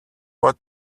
what